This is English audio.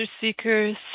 seekers